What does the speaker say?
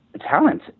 talent